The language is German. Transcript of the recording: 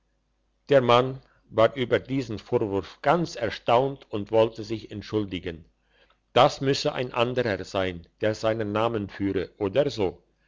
der mann war über diesen vorwurf ganz erstaunt und wollte sich entschuldigen das müsse ein anderer sein der seinen namen führe oder so